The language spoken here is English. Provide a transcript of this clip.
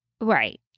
Right